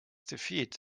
defeat